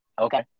okay